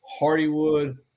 Hardywood